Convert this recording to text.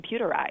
computerized